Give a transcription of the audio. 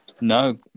No